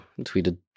tweeted